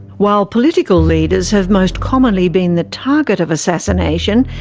while political leaders have most commonly been the target of assassination,